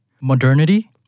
modernity